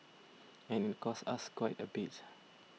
and it costs us quite a bit